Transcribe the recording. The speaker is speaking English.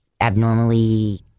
abnormally